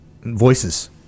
voices